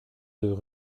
deux